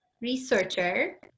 researcher